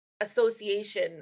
association